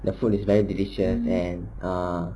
the food is very delicious and ah